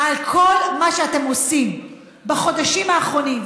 כל מה שאתם עושים בחודשים האחרונים,